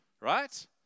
right